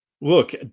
Look